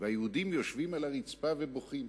והיהודים יושבים על הרצפה ובוכים.